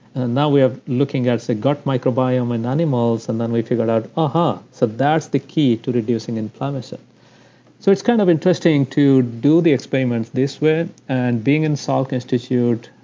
and now, we are looking at the gut microbiome in animals and then we figured out, aha! so that's the key to reducing inflammation so it's kind of interesting to do the experiments this way, and being in salk institute,